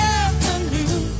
afternoon